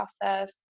process